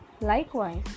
Likewise